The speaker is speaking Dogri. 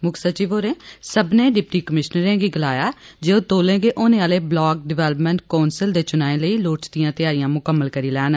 मुक्ख सचिव होरें सब्बनें डिप्टी कमीशनरें गी गलाया जे ओ तौले गै होने आले ब्लाक डवैलपमैंट कौंसल लेई लोड़चदियां तैआरियां मुकम्मल करी लैन